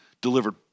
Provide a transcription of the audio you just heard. delivered